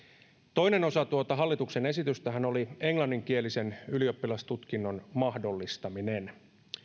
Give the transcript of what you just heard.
toinen osa tuota hallituksen esitystähän oli englanninkielisen ylioppilastutkinnon mahdollistaminen